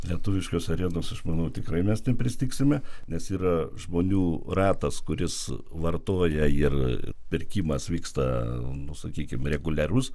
lietuviškos ėrienos aš manau tikrai mes nepristigsime nes yra žmonių ratas kuris vartoja ir pirkimas vyksta nu sakykim reguliarus